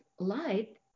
Light